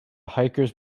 hikers